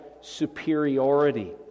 superiority